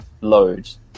loads